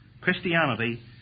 Christianity